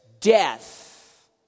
death